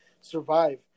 survive